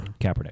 Kaepernick